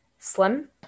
slim